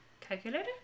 Calculator